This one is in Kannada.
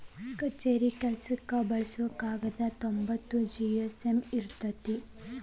ಕಛೇರಿ ಕೆಲಸಕ್ಕ ಬಳಸು ಕಾಗದಾ ತೊಂಬತ್ತ ಜಿ.ಎಸ್.ಎಮ್ ಇರತತಿ